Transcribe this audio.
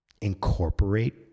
Incorporate